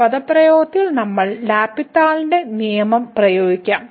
ഈ പദപ്രയോഗത്തിൽ നമുക്ക് L'Hospital ന്റെ നിയമം പ്രയോഗിക്കാം